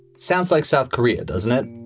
sounds like south korea, doesn't it?